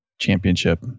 championship